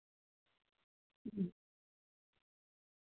ᱦᱩᱸ